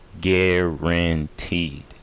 Guaranteed